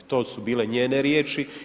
To su bile njene riječi.